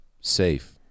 safe